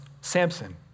Samson